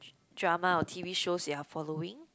d~ drama or T_V shows you're following